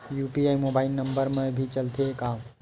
UPI mobile number मा भी चलते हे का?